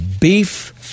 beef